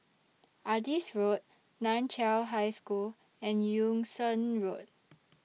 Adis Road NAN Chiau High School and Yung Sheng Road